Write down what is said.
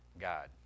God